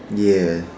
ya